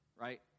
Right